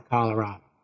Colorado